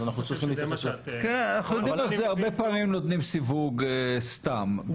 אז אנחנו צריכים --- הרבה פעמים נותנים סיווג סתם.